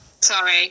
sorry